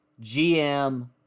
GM